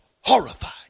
horrified